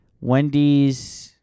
Wendy's